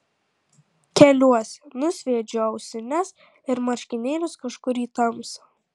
keliuosi nusviedžiu ausines ir marškinėlius kažkur į tamsą